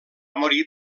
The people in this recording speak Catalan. morir